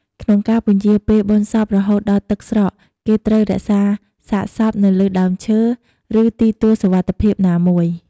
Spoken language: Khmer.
ក្នុងការពន្យារពេលបុណ្យសពរហូតដល់ទឹកស្រក គេត្រូវរក្សាសាកសពនៅលើដើមឈើ ឬទីទួលសុវត្តិភាពណាមួយ។